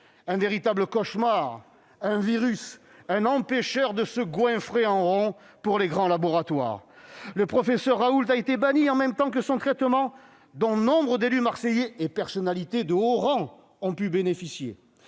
un véritable cauchemar, un virus, un empêcheur de se goinfrer en rond pour les grands laboratoires ! Le professeur Raoult a été banni en même temps que son traitement, dont nombre d'élus marseillais et personnalités de haut rang ont pu bénéficier